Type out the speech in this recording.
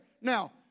Now